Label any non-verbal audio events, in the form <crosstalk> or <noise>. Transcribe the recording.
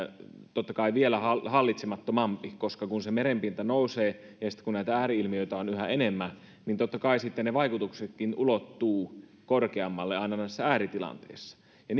totta kai vielä hallitsemattomampi kun se merenpinta nousee ja kun näitä ääri ilmiöitä on yhä enemmän niin totta kai sitten ne vaikutuksetkin ulottuvat korkeammalle aina noissa ääritilanteissa ja <unintelligible>